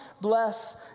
bless